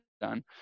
done